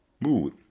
mood